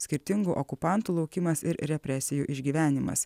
skirtingų okupantų laukimas ir represijų išgyvenimas